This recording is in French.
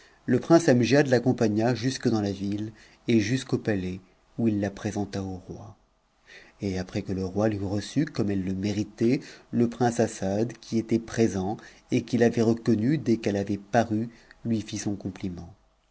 le prince amgiad l'accompagna jusque dans la ville et jusqu'au palais où il la présenta au roi et après que le roi l'eut reçue comme elle je méritait le prince assad qui était présent et qui l'avait reconnue des qu'elle avait paru lui fit son compliment